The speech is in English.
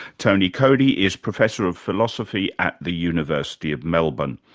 tony coady is professor of philosophy at the university of melbourne.